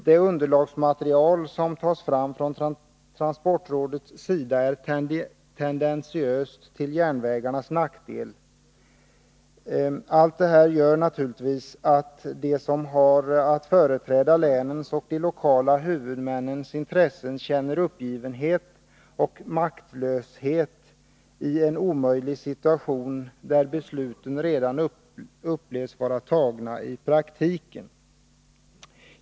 Det underlagsmaterial som tas fram från transportrådets sida är tendensiöst till järnvägarnas nackdel. Det gör naturligtvis att de som har att företräda länens och de lokala huvudmännens intressen känner uppgivenhet och maktlöshet i en omöjlig situation, där besluten upplevs som i praktiken redan fattade.